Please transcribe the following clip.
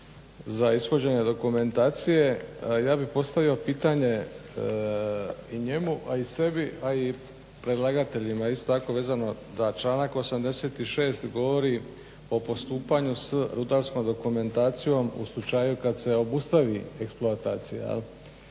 za ishođenje dokumentacije, a ja bih postavio pitanje i njemu, a i sebi, a i predlagateljima isto tako vezano da članak 86.govori o postupanju s rudarskom dokumentacijom u slučaju kada se obustavi eksploatacija.